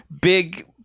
big